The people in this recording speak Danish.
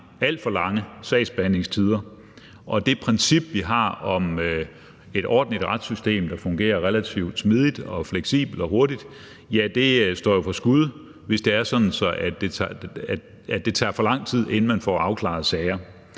alt for lange, sagsbehandlingstider, og det princip, vi har om et ordentligt retssystem, der fungerer relativt smidigt og fleksibelt og hurtigt, ja, det står jo for skud, hvis det er sådan, at det tager for lang tid, inden man får afklaret sager.